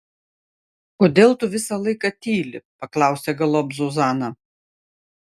kodėl tu visą laiką tyli paklausė galop zuzana